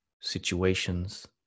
situations